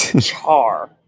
char